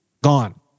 gone